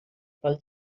pel